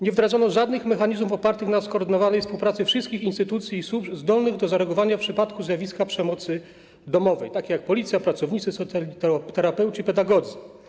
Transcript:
Nie wdrożono żadnych mechanizmów opartych na skoordynowanej współpracy wszystkich instytucji i służb zdolnych do zareagowania w przypadku zjawiska przemocy domowej, takich jak policja, pracownicy socjalni, terapeuci i pedagodzy.